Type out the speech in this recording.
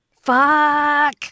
fuck